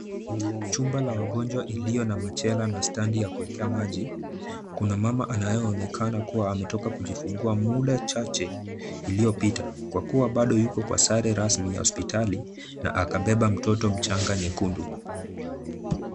Chumba cha wagonjwa iliyo na machela na standi ya kuwekea maji, kuna mama anayeonekana kuwa ametoka kujifungua muda mchache uliopita kwa kuwa yuko bado kwa sare rasmi ya hospitali na akabeba mtoto mchanga nyekundu.